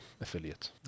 affiliates